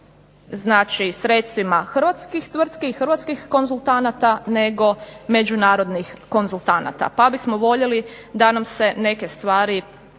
znači sredstvima hrvatskih tvrtki i hrvatskih konzultanata nego međunarodnih konzultanata pa bismo voljeli da nam se neke stvari